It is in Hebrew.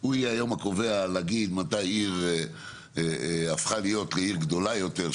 הוא יהיה היום הקובע מתי עיר הפכה להיות לעיר גדולה יותר,